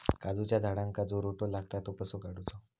काजूच्या झाडांका जो रोटो लागता तो कसो काडुचो?